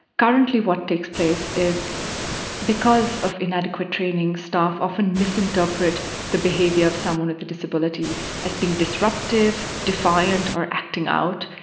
currently what takes place is because of inadequate training, staff often misinterpret the behaviour of someone with a disability as being disruptive, defiant or acting out,